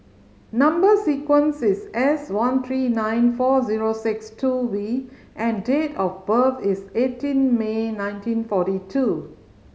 number sequence is S one three nine four zero six two V and date of birth is eighteen May nineteen forty two